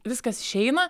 viskas išeina